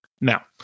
Now